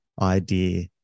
idea